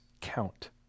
count